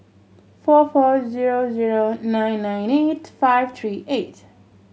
four four zero zero nine nine eight five three eight